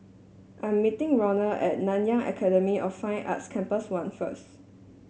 I'm meeting Ronald at Nanyang Academy of Fine Arts Campus One first